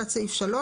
תת סעיף 3,